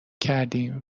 کردیم